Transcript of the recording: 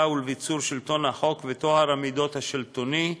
ולביצור שלטון החוק וטוהר המידות השלטוני,